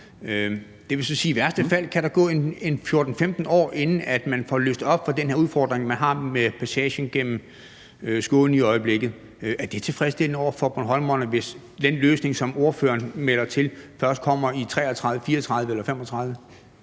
Det vil så sige, at der i værste fald kan gå 14-15 år, inden man får løst op for den her udfordring, som man har med passagen gennem Skåne i øjeblikket. Er det tilfredsstillende over for bornholmerne, hvis den løsning, som ordføreren melder ud, først kommer i 2033, 2034 eller 2035?